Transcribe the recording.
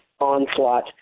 onslaught